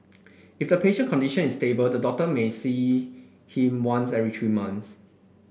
if the patient condition is stable the doctor may see him once every three months